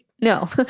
No